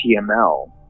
HTML